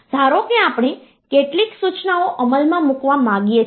ધારો કે આપણે કેટલીક સૂચનાઓ અમલમાં મૂકવા માંગીએ છીએ